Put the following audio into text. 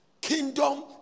Kingdom